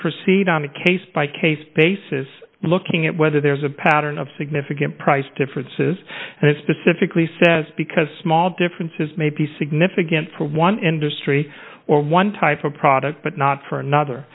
proceed on a case by case basis looking at whether there's a pattern of significant price differences and it specifically says because small differences may be significant for one industry or one type of product but not for another